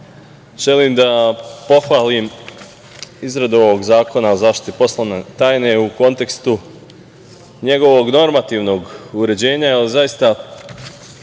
želim da pohvalim izradu ovog Zakona o zaštiti poslovne tajne u kontekstu njegovog normativnog uređenja